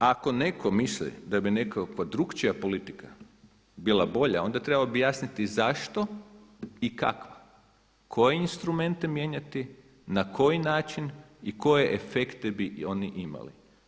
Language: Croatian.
Ako netko misli da bi nekakva drukčija politika bila bolja onda treba objasniti zašto i kako, koje instrumente mijenjati, na koji način i koje efekte bi oni imali.